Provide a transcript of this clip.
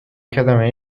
کلمه